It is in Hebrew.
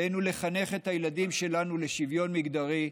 עלינו לחנך את הילדים שלנו לשוויון מגדרי,